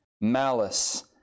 malice